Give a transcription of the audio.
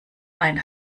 ein